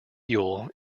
fuel